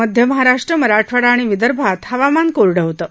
मध्य महाराष्ट्र मराठवाडा आणि विदर्भात हवामान कोरडं होतं